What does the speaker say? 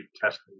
testing